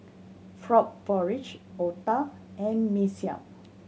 frog porridge otah and Mee Siam